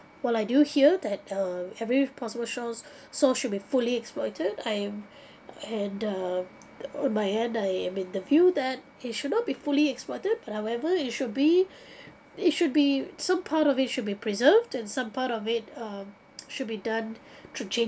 while I do hear that uh every possible shows source should be fully exploited and and the on my end I am in the view that it should not be fully exploited but however it should be it should be some part of it should be preserved and some part of it um should be done through gen~